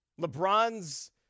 LeBron's